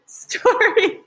story